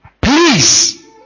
please